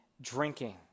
drinking